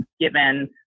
given